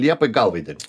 liepai galvai dedi